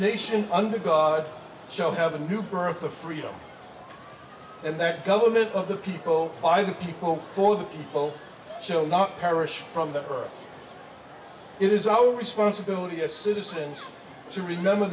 nation under god shall have a new birth of freedom and that government of the people by the people for the people shall not perish from the earth it is our responsibility as citizens to remember